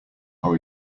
are